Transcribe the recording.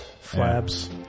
Flaps